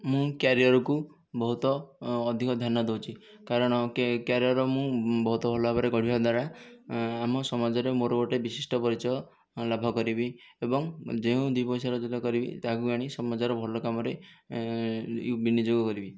ମୁଁ କ୍ୟାରିୟରକୁ ବହୁତ ଅଧିକ ଧ୍ୟାନ ଦେଉଛି କାରଣ କ୍ୟା କ୍ୟାରିୟର ମୁଁ ବହୁତ ଭଲ ଭାବରେ ଗଢ଼ିବା ଦ୍ୱାରା ଆମ ସମାଜରେ ମୋର ଗୋଟିଏ ବିଶିଷ୍ଟ ପରିଚୟ ଲାଭ କରିବି ଏବଂ ଯେଉଁ ଦୁଇ ପଇସା ରୋଜଗାର କରିବି ତାହାକୁ ଆଣି ସମାଜରେ ଭଲ କାମରେ ବିନିଯୋଗ କରିବି